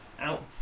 Out